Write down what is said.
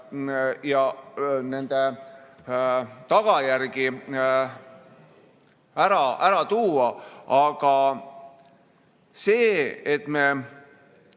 ja nende tagajärgi ära tuua. Aga see, et me